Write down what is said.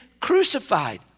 crucified